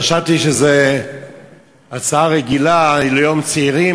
חשבתי שזו הצעה רגילה ליום צעירים,